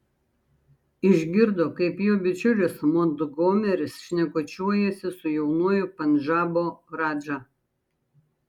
išgirdo kaip jo bičiulis montgomeris šnekučiuojasi su jaunuoju pandžabo radža